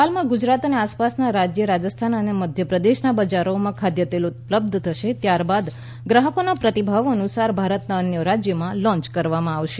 હાલમાં ગુજરાત અને આસપાસના રાજ્ય રાજસ્થાન અને મધ્યપ્રદેશના બજારોમાં ખાદ્યતેલ ઉપલબ્ધ થશે ત્યારબાદ ગ્રાહકોના પ્રતિભાવ અનુસાર ભારતના અન્ય રાજયોમાં લોન્ચ કરવામાં આવશે